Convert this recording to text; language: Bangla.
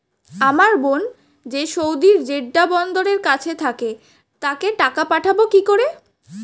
আমার বোন যে সৌদির জেড্ডা বন্দরের কাছে থাকে তাকে টাকা পাঠাবো কি করে?